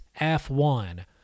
F1